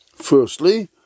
Firstly